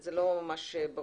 זה לא ממש ברור.